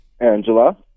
Angela